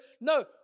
No